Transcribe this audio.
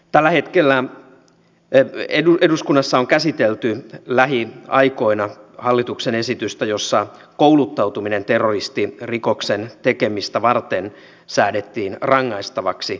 tällä hetkellä eduskunnassa on käsitelty lähiaikoina hallituksen esitystä jossa kouluttautuminen terroristirikoksen tekemistä varten säädettiin rangaistavaksi